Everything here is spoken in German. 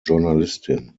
journalistin